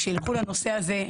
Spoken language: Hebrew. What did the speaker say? שילכו לנושא הזה.